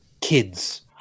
kids